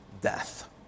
death